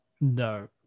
No